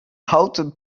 houten